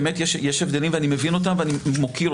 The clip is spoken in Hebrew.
מה לקחנו מחוק המאבק בטרור אני מסכימה עם